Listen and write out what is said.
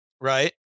right